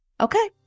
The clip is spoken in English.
Okay